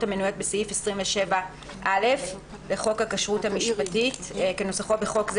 המנויות בסעיף 27א לחוק הכשרות המשפטית כנוסחו בחוק זה,